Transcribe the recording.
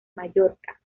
mallorca